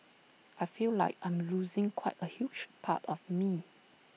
I feel like I'm losing quite A huge part of me